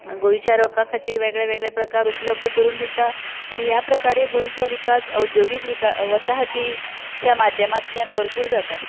गोंयच्या लोकां खातीर वेगळे वेगळे प्रकार उपलब्द करून दिता आनी ह्या प्रकारे गोंयचो विकास उद्द्योगीक वसाहतीच्या माध्यमांतल्यान भरपूर जाता